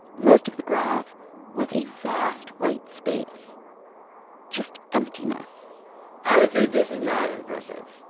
most of the graph was a vast, white space just emptiness i would say this is not impressive.